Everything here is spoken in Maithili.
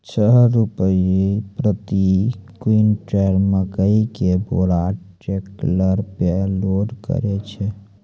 छह रु प्रति क्विंटल मकई के बोरा टेलर पे लोड करे छैय?